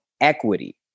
equity